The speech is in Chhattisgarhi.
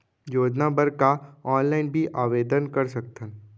योजना बर का ऑनलाइन भी आवेदन कर सकथन?